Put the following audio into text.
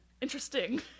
Interesting